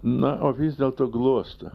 na o vis dėlto glosto